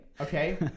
okay